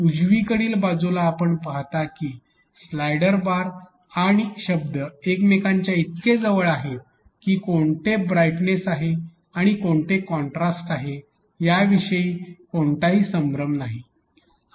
उजवीकडील बाजूला आपण पाहता की स्लाइडर बार आणि शब्द एकमेकांच्या इतके जवळ आहे की कोणते ब्राइटनेस आहे आणि कोणते कॉन्ट्रास्ट आहे याविषयी कोणताही संभ्रम नाही